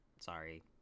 sorry